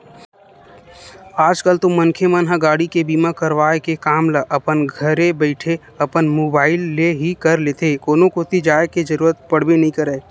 आज कल तो मनखे मन ह गाड़ी के बीमा करवाय के काम ल अपन घरे बइठे अपन मुबाइल ले ही कर लेथे कोनो कोती जाय के जरुरत पड़बे नइ करय